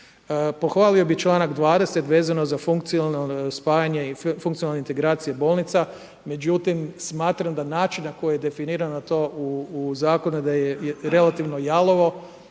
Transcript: Pohvalio bi čl. 20. vezano za funkcionalno spajanje i funkcionalne integracije bolnica, međutim, smatram da način na koji je definirana na to u zakonu, da je relativno jalovo